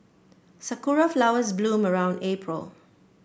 sakura flowers bloom around April